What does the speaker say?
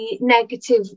negative